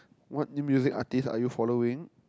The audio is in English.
what new music artiste are you following